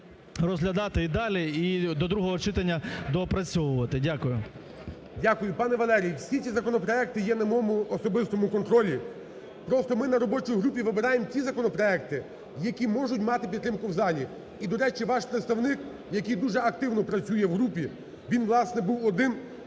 розглядати і далі і до другого читання доопрацьовувати. Дякую. ГОЛОВУЮЧИЙ. Дякую. Пане Валерій, всі ці законопроекти є на моєму особистому контролі. Просто ми на робочій групі вибираємо ті законопроекти, які можуть мати підтримку в залі. І, до речі, ваш представник, який дуже активно працює в групі, він, власне, був один